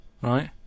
right